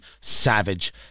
Savage